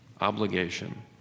obligation